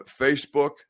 Facebook